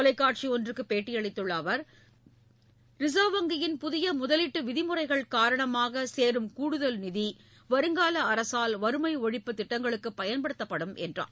தொலைக்காட்சி ஒன்றுக்கு பேட்டியளித்துள்ள அவர் ரிசர்வ் வங்கியின் புதிய முதலீட்டு விதிமுறைகள் காரணமாக சேரும் கூடுதல் நிதி வருங்கால அரசால் வறுமை ஒழிப்புத் திட்டங்களுக்கு பயன்படுத்தப்படும் என்றார்